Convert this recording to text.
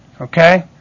Okay